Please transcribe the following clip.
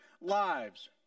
lives